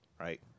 right